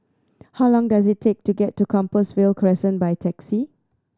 how long does it take to get to Compassvale Crescent by taxi